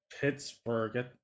Pittsburgh